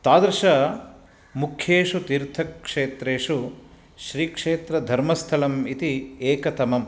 तादृशमुख्येषु तीर्थक्षेत्रेषु श्रीक्षेत्रधर्मस्थलम् इति एकतमं